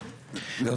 כהנא חי...